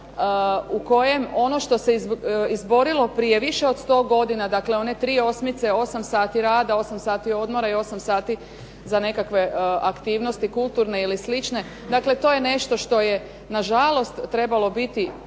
u kojem ono što se izborilo prije više od 100 godina, dakle one tri osmice, 8 sati rada, 8 sati odmora i 8 sati za nekakve aktivnosti kulturne ili slične. Dakle, to je nešto što je na žalost trebalo biti